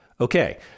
Okay